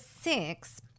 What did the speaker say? six